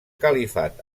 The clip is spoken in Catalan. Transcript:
califat